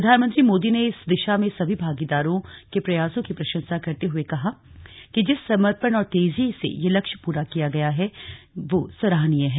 प्रधानमंत्री मोदी ने इस दिशा में सभी भागीदारों के प्रयासों की प्रशंसा करते हुए कहा कि जिस समर्पण और तेजी से यह लक्ष्य पूरा किया गया है वह सराहनीय है